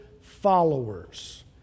followers